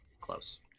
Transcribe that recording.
close